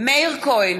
מאיר כהן,